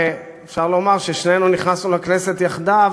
ואפשר לומר ששנינו נכנסנו לכנסת יחדיו,